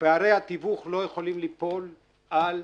פערי התיווך לא יכולים ליפול על החקלאי.